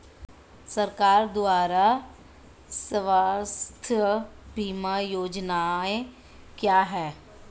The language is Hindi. सरकार द्वारा स्वास्थ्य बीमा योजनाएं क्या हैं?